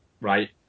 right